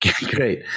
Great